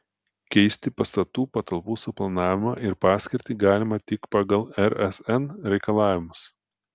keisti pastatų patalpų suplanavimą ir paskirtį galima tik pagal rsn reikalavimus